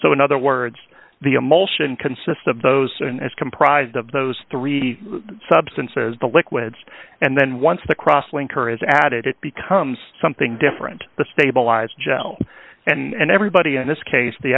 so in other words the emulsion consist of those and is comprised of those three substances the liquids and then once the cross link are is added it becomes something different the stabilized gel and everybody in this case the